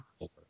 over